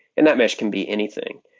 and that mesh can be anything.